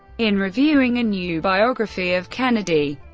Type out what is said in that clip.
in reviewing a new biography of kennedy,